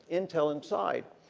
intel inside.